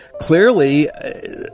clearly